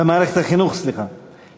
במערכת החינוך, סליחה.